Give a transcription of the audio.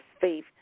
faith